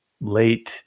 late